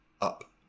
up